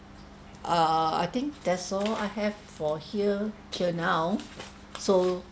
err I think that's all I have for here till now so